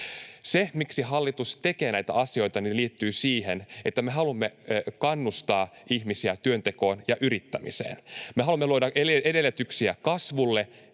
Se, miksi hallitus tekee näitä asioita, liittyy siihen, että me haluamme kannustaa ihmisiä työntekoon ja yrittämiseen, me haluamme luoda edellytyksiä kasvulle